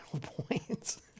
points